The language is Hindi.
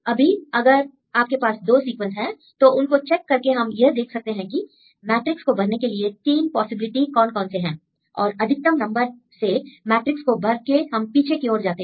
अभी अगर आपके पास दो सीक्वेंस है तो उनको चेक करके हम यह देखते हैं कि मैट्रिक्स को भरने के लिए 3 पॉसिबिलिटी कौन कौन से हैं और अधिकतम नंबर से मैट्रिक्स को भर के हम पीछे की ओर जाते हैं